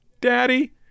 Daddy